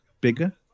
bigger